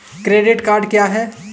Credit card क्या है?